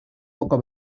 poco